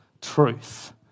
truth